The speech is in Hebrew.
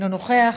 אינו נוכח,